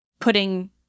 putting